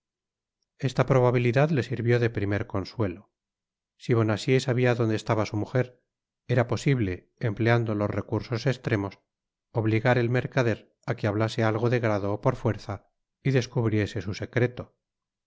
esta probabilidad le sirvió de primer consuelo si bonacieux sabia donde estaba su mujer era posible empleando los recursos estremos obligar et mercader á que hablase algo de grado ó por fuerza y descubriese su secreto